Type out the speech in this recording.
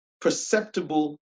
perceptible